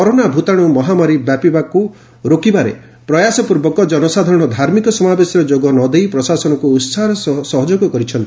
corona ଭୂତାଣୁ ମହାମାରୀ ବ୍ୟାପିବାକୁ ରୋକିବାରେ ପ୍ରୟାସ ପ୍ରର୍ବକ ଜନସାଧାରଣ ଧାର୍ମିକ ସମାବେଶରେ ଯୋଗ ନ ଦେଇ ପ୍ରଶାସନକୁ ଉତ୍ସାହର ସହ ସହଯୋଗ କରିଛନ୍ତି